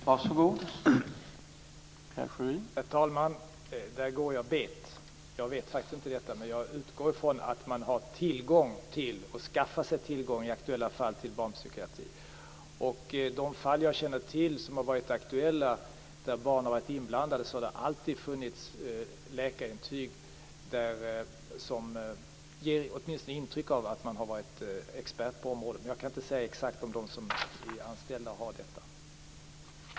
Herr talman! Där går jag bet. Jag vet faktiskt inte detta, men jag utgår från att man har tillgång till eller skaffar sig tillgång till barnpsykiatrisk kompetens i aktuella fall. I de aktuella fall som jag känner till och där barn har varit inblandade har det alltid funnits intyg från läkare som åtminstone ger intryck av att vara experter på området. Jag kan inte säga exakt om de som är anställda har denna kompetens.